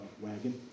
wagon